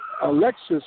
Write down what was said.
Alexis